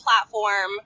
platform